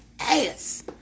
ass